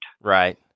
Right